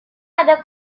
other